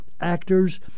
actors